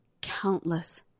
countless